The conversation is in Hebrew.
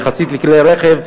יחסית לכלי רכב,